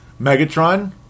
Megatron